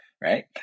right